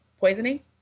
poisoning